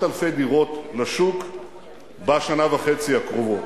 אלפי דירות לשוק בשנה וחצי הקרובות.